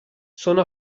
sono